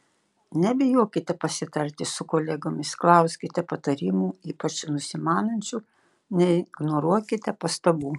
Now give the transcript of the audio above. nebijokite pasitarti su kolegomis klauskite patarimų ypač nusimanančių neignoruokite pastabų